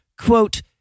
quote